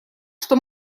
что